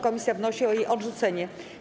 Komisja wnosi o jej odrzucenie.